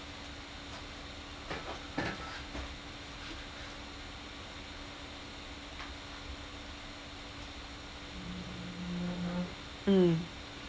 mm